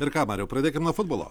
ir ką mariau pradėkim nuo futbolo